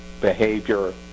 behavior